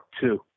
two